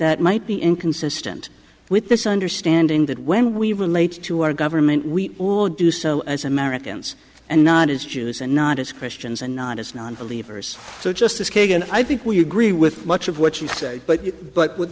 that might be inconsistent with this understanding that when we relate to our government we all do so as americans and not as jews and not as christians and not as nonbelievers justice kagan i think we agree with much of what you say but but w